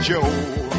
Joe